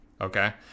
Okay